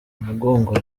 umugongo